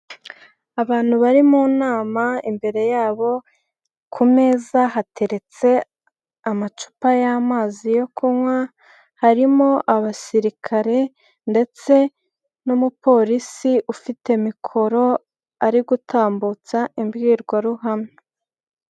Abantu bari mu nama, imbere yabo ku meza hateretse amacupa y'amazi yo kunywa, harimo abasirikare ndetse n'umupolisi ufite mikoro ari gutambutsa imbwirwaruhame.